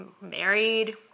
married